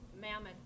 mammoth